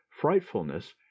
frightfulness